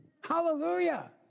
Hallelujah